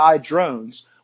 drones